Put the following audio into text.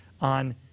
on